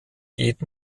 geht